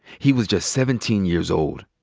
he was just seventeen years old.